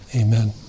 amen